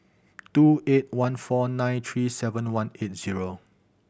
two eight one four nine three seven one eight zero